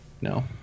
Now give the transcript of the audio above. no